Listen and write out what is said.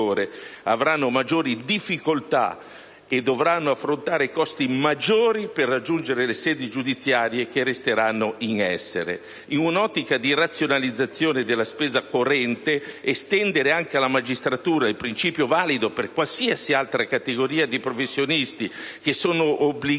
avranno maggiori difficoltà e dovranno affrontare costi maggiori per raggiungere le sedi giudiziarie che resteranno in essere. In un'ottica di razionalizzazione della spesa corrente, estendere anche alla magistratura il principio valido per qualsiasi altra categoria di professionisti che sono obbligati